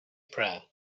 prayer